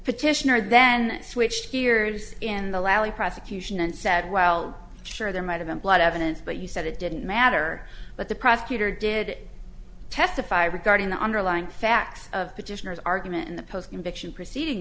petitioner then switched gears in the lousy prosecution and said well sure there might have been blood evidence but you said it didn't matter but the prosecutor did testify regarding the underlying facts of petitioners argument in the post conviction proceeding